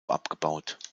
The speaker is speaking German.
abgebaut